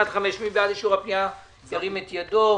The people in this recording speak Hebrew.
מי בעד אישור הפנייה, ירים את ידו.